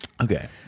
Okay